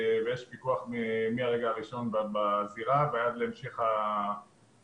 ויש פיקוח מהרגע הראשון בזירה ועד להמשך הטיפול.